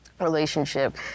relationship